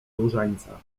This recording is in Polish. różańca